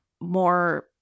more